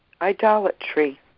idolatry